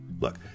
Look